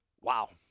wow